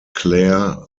clair